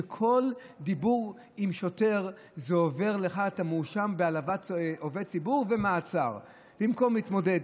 שבכל דיבור עם שוטר אתה מואשם בהעלבת עובד ציבור ונעצר במקום להתמודד,